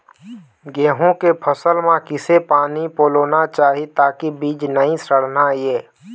गेहूं के फसल म किसे पानी पलोना चाही ताकि बीज नई सड़ना ये?